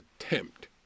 attempt